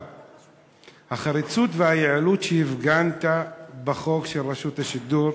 אבל החריצות והיעילות שהפגנת בחוק רשות השידור